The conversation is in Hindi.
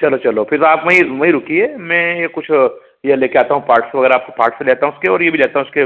चलो चलो फिर आप वहीं वहीं रुकिए मैं कुछ ये लेके आता हूँ पार्ट्स बगैरह आपको पार्ट्स लेता हूँ उसके और यह भी लाता हूँ उसके